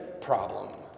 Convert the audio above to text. problem